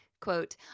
quote